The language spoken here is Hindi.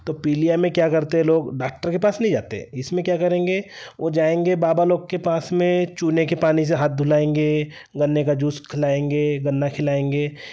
तो पीलिया में क्या करते हैं लोग डॉक्टर के पास नहीं जाते इसमें क्या करेंगे वो जाएँगे बाबा लोग के पास में चूने के पानी से हाथ धुलाएँगे गन्ने का जूस खिलाएँगे गन्ना खिलाएँगे